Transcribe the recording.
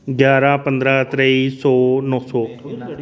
ञारां पंदरां त्रेई सौ नौ सौ